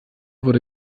wurde